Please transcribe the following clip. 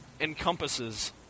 encompasses